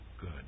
good